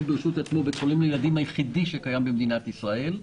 ברשות עצמו היחיד שקיים במדינת ישראל.